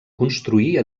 construir